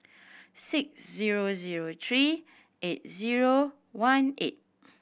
six zero zero three eight zero one eight